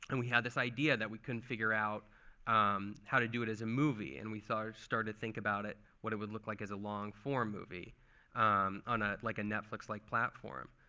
and we had this idea that we couldn't figure out um how to do it as a movie. and we started started think about it, what it would look like as a long-form movie on ah like a netflix-like platform.